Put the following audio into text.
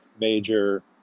major